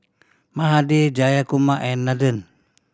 Mahade Jayakumar and Nathan